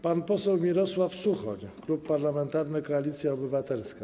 Pan poseł Mirosław Suchoń, Klub Parlamentarny Koalicja Obywatelska.